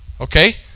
Okay